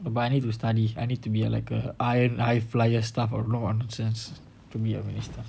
but I need to study I need to be like a iron flyer stuff or don't know what nonsense to be a minister